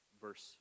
verse